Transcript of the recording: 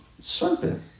serpent